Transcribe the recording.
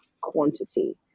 quantity